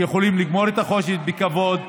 שיוכלו לגמור את החודש בכבוד.